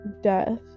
death